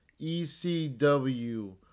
ECW